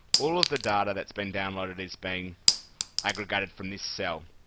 all of the data that's been downloaded has been aggregated from this cell,